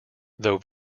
though